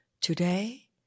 Today